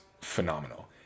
phenomenal